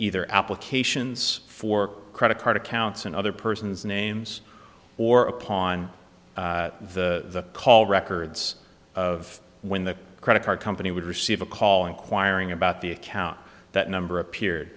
either applications for credit card accounts and other persons names or upon the call records of when the credit card company would receive a call inquiring about the account that number